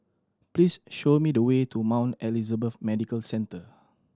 please show me the way to Mount Elizabeth Medical Centre